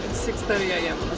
six thirty am